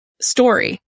story